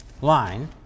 line